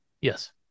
Yes